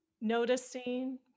noticing